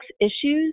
issues